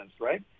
right